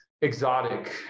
exotic